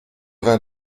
vingt